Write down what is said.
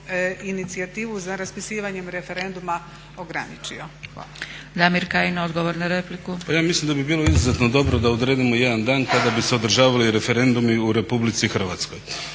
inicijativu za raspisivanjem referenduma ograničio. Hvala. **Zgrebec, Dragica (SDP)** Damir Kajin, odgovor na repliku. **Kajin, Damir (ID - DI)** Pa ja mislim da bi bilo izuzetno dobro da odredimo jedan dan kada bi se održavali referendumi u Republici Hrvatskoj.